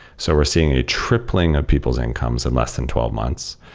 so we're seeing a tripling of people's incomes of less than twelve months.